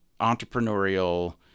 entrepreneurial